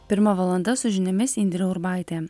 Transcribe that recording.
pirma valanda su žiniomis indrė urbaitė